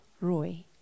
Roy